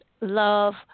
love